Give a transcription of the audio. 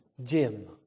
Gym